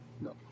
No